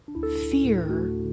fear